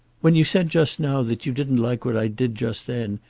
when you said just now that you didn't like what i did just then,